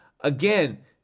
Again